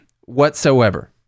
whatsoever